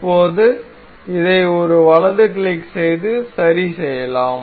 இப்போது இதை ஒரு வலது கிளிக் செய்து சரி செய்யலாம்